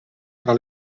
tra